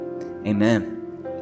amen